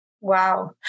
Wow